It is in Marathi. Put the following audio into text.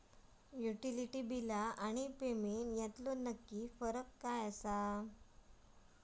युटिलिटी बिला आणि पेमेंट यातलो नक्की फरक काय हा?